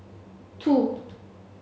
two